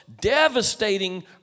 devastating